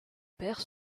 père